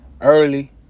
early